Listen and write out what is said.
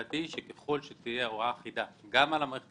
ככל שתהיה הוראה אחידה גם על המערכת